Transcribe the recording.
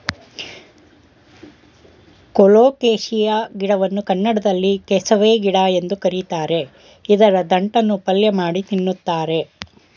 colocasia ಗಿಡವನ್ನು ಕನ್ನಡದಲ್ಲಿ ಕೆಸವೆ ಗಿಡ ಎಂದು ಕರಿತಾರೆ ಇದರ ದಂಟನ್ನು ಪಲ್ಯಮಾಡಿ ತಿನ್ನುತ್ತಾರೆ